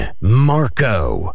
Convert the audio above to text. Marco